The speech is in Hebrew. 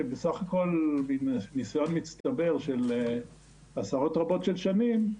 שבסך הכול בניסיון מצטבר של עשרות רבות של שנים.